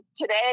today